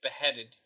Beheaded